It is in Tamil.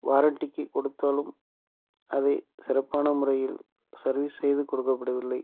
வாரண்டிக்கு கொடுத்தாலும் அதை சிறப்பான முறையில் சர்விஸ் செய்து கொடுக்கப்படவில்லை